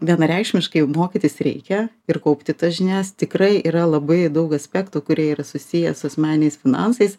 vienareikšmiškai mokytis reikia ir kaupti tas žinias tikrai yra labai daug aspektų kurie yra susiję su asmeniais finansais